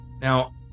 Now